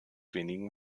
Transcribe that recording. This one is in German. wenigen